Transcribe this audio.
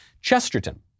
Chesterton